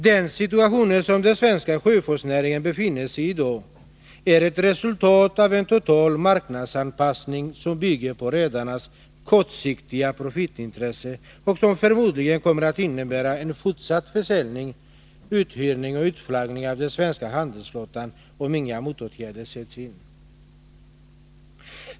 Den situation som den svenska sjöfartsnäringen befinner sig i i dag är ett resultat av en total marknadsanpassning, som bygger på redarnas kortsiktiga profitintressen och som förmodligen kommer att innebära en fortsatt försäljning, uthyrning och utflaggning av den svenska handelsflottan, om inga motåtgärder sätts in.